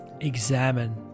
examine